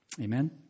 Amen